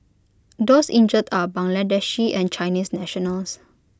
those injured are Bangladeshi and Chinese nationals